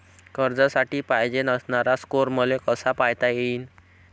कर्जासाठी पायजेन असणारा स्कोर मले कसा पायता येईन?